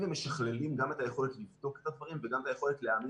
ומשכללים גם את היכולת לבדוק את הדברים וגם את היכולת להמיר